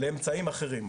לאמצעים אחרים.